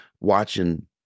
watching